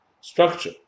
structure